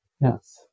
Yes